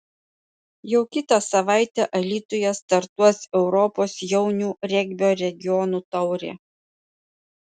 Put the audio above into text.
jau kitą savaitę alytuje startuos europos jaunių regbio regionų taurė